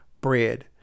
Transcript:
bread